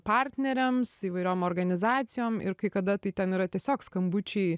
partneriams įvairiom organizacijom ir kai kada tai ten yra tiesiog skambučiai